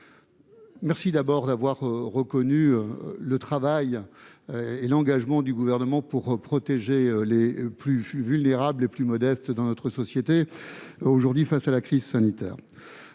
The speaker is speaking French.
Lubin, d'avoir reconnu le travail et l'engagement du Gouvernement pour protéger les plus vulnérables et les plus modestes de notre société face à la crise sanitaire.